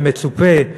ומצופה מהסטודנטים,